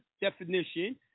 definition